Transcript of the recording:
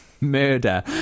murder